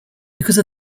because